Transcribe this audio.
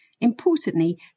Importantly